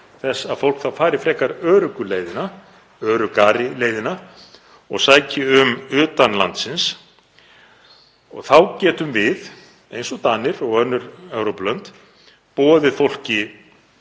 þess að fólk fari frekar öruggu leiðina, öruggari leiðina, og sæki um utan landsins. Þá getum við eins og Danir og önnur Evrópulönd boðið fólki